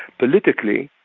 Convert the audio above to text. politically,